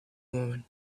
woman